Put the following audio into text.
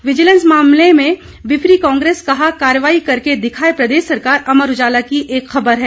vigilance जांच मामले में बिफरी कांग्रेस कहा कार्रवाई करके दिखाए प्रदेश सरकार अमर उजाला की एक खबर है